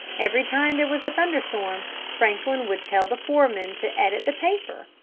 every time there was a thunderstorm franklin would tell the foreman to edit the paper,